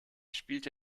spielte